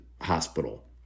Hospital